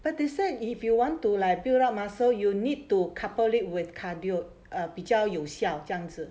but they said if you want to like build up muscle you need to couple it with cardio 比较有效这样子